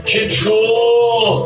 Control